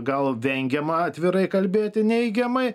gal vengiama atvirai kalbėti neigiamai